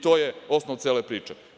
To je osnov cele priče.